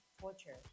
torture